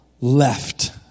left